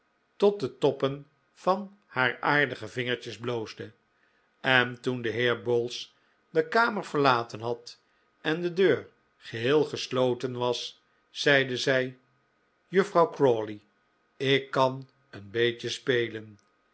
tot de toppen van haar aardige vingertjes bloosde en toen de heer bowls de kamer verlaten had en de deur geheel gesloten was zeide zij juffrouw crawley ik kan een beetje spelen